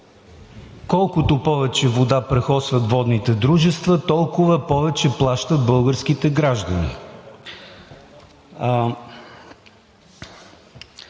Колкото повече вода прахосват водните дружества, толкова повече плащат българските граждани.